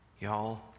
Y'all